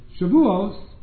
Shavuos